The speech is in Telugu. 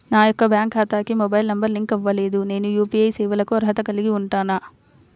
నా యొక్క బ్యాంక్ ఖాతాకి మొబైల్ నంబర్ లింక్ అవ్వలేదు నేను యూ.పీ.ఐ సేవలకు అర్హత కలిగి ఉంటానా?